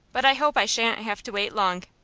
but i hope i shan't have to wait long.